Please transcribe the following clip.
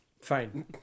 Fine